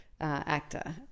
actor